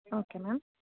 okay ma'am